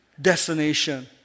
destination